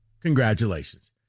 congratulations